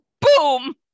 boom